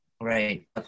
right